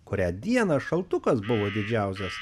kurią dieną šaltukas buvo didžiausias